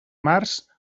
març